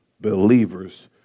believers